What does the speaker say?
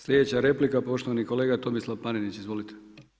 Sljedeća replika poštovani kolega Tomislav Panenić, izvolite.